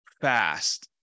fast